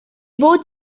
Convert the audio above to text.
both